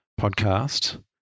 podcast